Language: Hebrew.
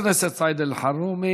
חבר הכנסת סעיד אלחרומי,